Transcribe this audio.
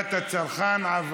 הגנת הצרכן (תיקון,